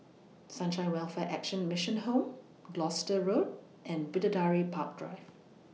Sunshine Welfare Action Mission Home Gloucester Road and Bidadari Park Drive